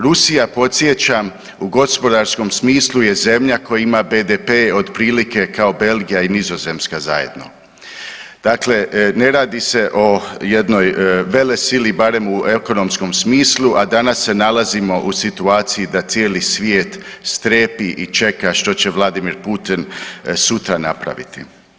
Rusija, podsjećam, u gospodarskom smislu je zemlja koja ima BDP otprilike kao Belgija i Nizozemska zajedno, dakle ne radi se o jednoj velesili, barem u ekonomskom smislu, a danas se nalazimo u situaciji da cijeli svijet strepi i čeka što će Vladimir Putin sutra napraviti.